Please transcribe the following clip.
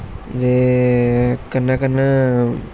दे कन्नै कन्नै